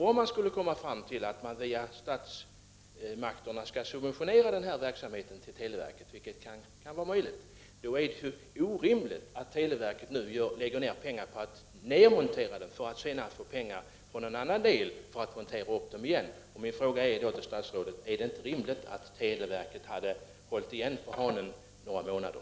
Om utredningen skulle komma fram till att denna verksamhet skall subventioneras via statsmakterna, vilket kan vara möjligt, då är det orimligt att televerket nu lägger ner pengar på att montera ner dessa telefonkiosker för att senare få pengar för att montera upp dem igen. Jag frågar statsrådet: Hade det inte varit rimligt för televerket att vila på hanen några månader?